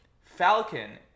Falcon